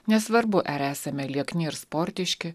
nesvarbu ar esame liekni ir sportiški